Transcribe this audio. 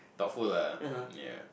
thoughtful lah ya